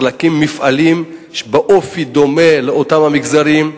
צריך להקים מפעלים באופי דומה לאותם המגזרים.